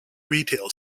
retail